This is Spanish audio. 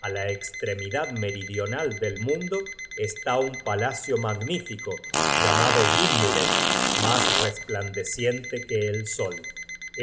a la estremidad meridional del mundo está un palacio magnífico llamado gimle mas resplandeciente que el sol